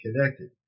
connected